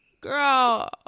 girl